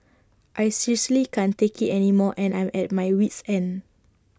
I seriously can't take IT anymore and I'm at my wit's end